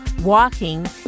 Walking